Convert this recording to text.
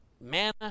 Manna